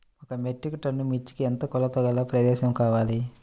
ఒక metric tonne మిర్చికి ఎంత కొలతగల ప్రదేశము కావాలీ?